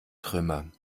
trümmer